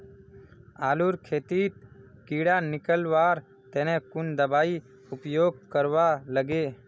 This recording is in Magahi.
आलूर खेतीत कीड़ा निकलवार तने कुन दबाई उपयोग करवा लगे?